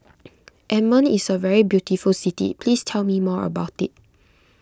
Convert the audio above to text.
Amman is a very beautiful city please tell me more about it